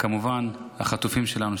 וכמובן החטופים שלנו,